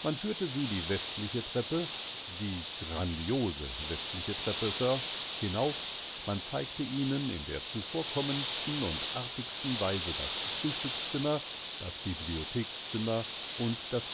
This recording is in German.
man führte sie die westliche treppe die grandiose westliche treppe sir hinauf man zeigte ihnen in der zuvorkommendsten und artigsten weise das frühstückszimmer das bibliothekszimmer und das